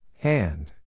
Hand